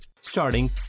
starting